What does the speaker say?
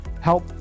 help